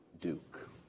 Duke